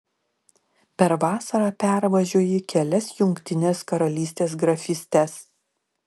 per vasarą pervažiuoji kelias jungtinės karalystės grafystes